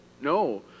no